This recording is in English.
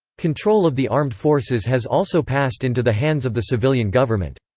control of the armed forces has also passed into the hands of the civilian government.